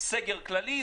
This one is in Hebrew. סגר כללי,